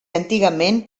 antigament